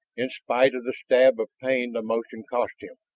in spite of the stab of pain the motion cost him,